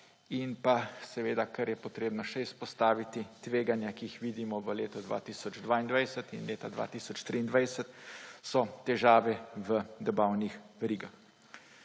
vrata. In kar je treba še izpostaviti, tveganja, ki jih vidimo v letu 2022 in leta 2023, so težave v dobavnih verigah.